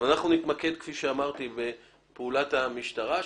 כפי שאמרתי, אנחנו נתמקד בפעולת המשטרה.